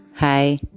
Hi